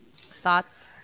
Thoughts